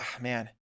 man